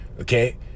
okay